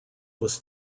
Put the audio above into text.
was